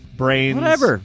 Brains